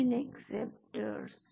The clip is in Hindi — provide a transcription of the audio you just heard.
तीन एक्सेप्टर्स